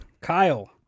Kyle